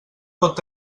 pot